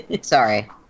Sorry